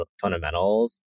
fundamentals